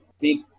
big